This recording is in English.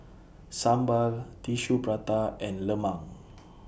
Sambal Tissue Prata and Lemang